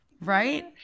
Right